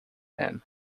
him